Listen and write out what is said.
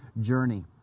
journey